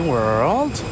World